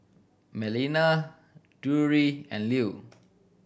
Melina Drury and Lew